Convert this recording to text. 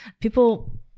people